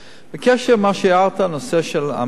בקשר למה שהערת בנושא המסים,